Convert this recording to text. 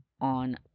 on